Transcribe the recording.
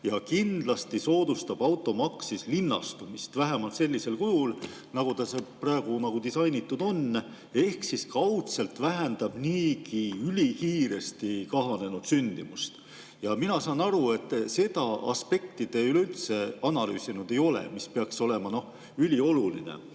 Kindlasti soodustab automaks linnastumist, vähemalt sellisel kujul, nagu ta praegu disainitud on, ehk kaudselt vähendab niigi ülikiiresti kahanenud sündimust. Mina saan aru, et te üleüldse ei ole analüüsinud seda aspekti, mis peaks olema ülioluline.